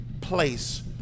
place